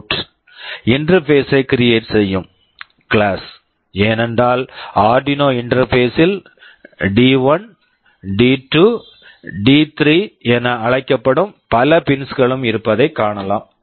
out PwmOut interface interface ஐ create create செய்யும் class class ஏனென்றால் ஆர்டினோ Arduino இன்டெர்பேஸ் interface ல் D one D1 D two D2 D three D3என அழைக்கப்படும் பல பின்ஸ் pins களும் இருப்பதைக் காணலாம்